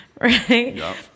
Right